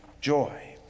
joy